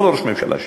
כל ראש ממשלה שיהיה.